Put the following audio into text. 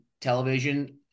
television